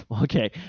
Okay